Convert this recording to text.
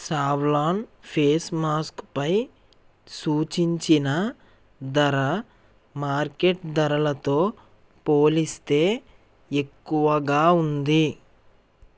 Savlon face మాస్కుపై సూచించిన ధర మార్కెట్ ధరలతో పోలిస్తే ఎక్కువగా ఉంది